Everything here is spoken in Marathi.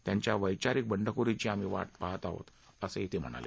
त्यांच्या वैचारिक बंडखोरीची आम्ही वाट पाहत आहोत असं ते म्हणाले